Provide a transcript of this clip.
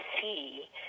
see